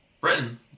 Britain